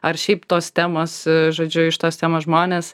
ar šiaip tos temos žodžiu iš tos temos žmonės